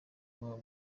umwe